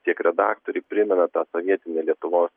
tiek redaktoriai primena tą sovietinę lietuvos